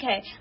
Okay